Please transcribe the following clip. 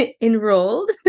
enrolled